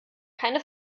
keine